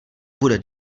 bude